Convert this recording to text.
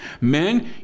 Men